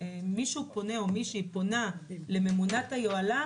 כשמישהי או מישהו פונים לממונת היוהל"ם,